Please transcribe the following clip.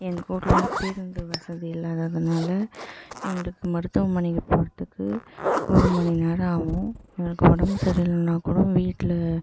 எங்கள் ஊரில் பேருந்து வசதியெல்லாம் இல்லாதுனால் எங்களுக்கு மருத்துவமனை போகிறத்துக்கு ஒரு மணி நேரம் ஆகும் எங்களுக்கு உடம்பு சரியில்லைனா கூட வீட்டில்